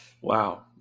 Wow